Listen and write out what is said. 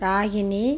Ragini